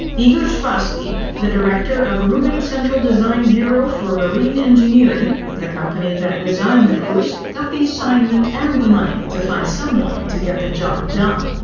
igor spassky, the director of rubin central design bureau for marine engineering, the company that designed de kursk, got the assignment and the money, to find someone to get the job done.